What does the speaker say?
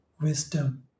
wisdom